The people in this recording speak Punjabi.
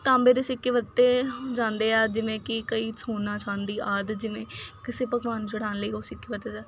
ਤਾਂਬੇ ਦੇ ਸਿੱਕੇ ਵਰਤੇ ਜਾਂਦੇ ਆ ਜਿਵੇਂ ਕਿ ਕਈ ਸੋਨਾ ਚਾਂਦੀ ਆਦਿ ਜਿਵੇਂ ਕਿਸੇ ਭਗਵਾਨ ਨੂੰ ਚੜਾਉਣ ਲਈ ਉਹ ਸਿੱਕੇ ਵਰਤੇ ਜਾਂਦੇ